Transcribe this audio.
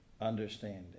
understanding